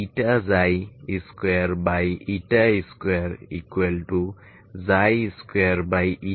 তাহলে আমার yx কি